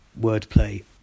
wordplay